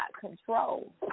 control